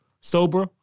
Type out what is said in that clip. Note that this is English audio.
Sober